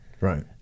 Right